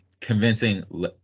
convincing